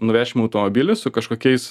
nuvešime automobilį su kažkokiais